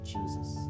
Jesus